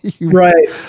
Right